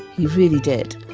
he really did.